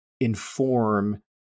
inform